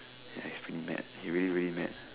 has been mad he really very mad